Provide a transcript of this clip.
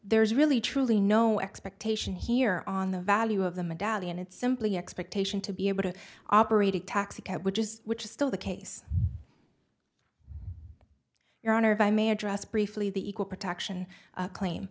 there's really truly no expectation here on the value of the medallion it's simply expectation to be able to operate a taxicab which is which is still the case your honor if i may address briefly the equal protection claim